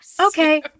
Okay